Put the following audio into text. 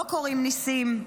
לא קורים ניסים,